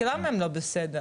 ולמה הם לא בסדר?